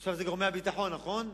עכשיו זה גורמי הביטחון, נכון?